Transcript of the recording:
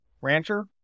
rancher